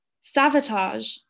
Sabotage